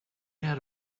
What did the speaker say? had